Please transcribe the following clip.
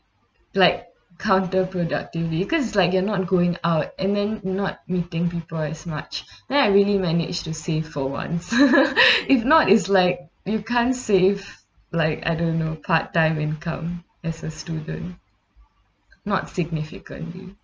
like counter productively because like you're not going out and then not meeting people as much then I really managed to save for once if not it's like you can't save like I don't know part time income as a student not significantly